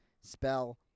spell